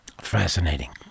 Fascinating